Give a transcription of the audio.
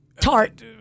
Tart